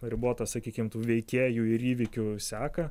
ribotą sakykim tų veikėjų ir įvykių seką